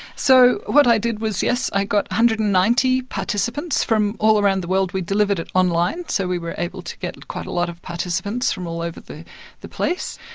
so what i did was, yes, i got one hundred and ninety participants from all around the world. we delivered it online, so we were able to get quite a lot of participants from all over the the place,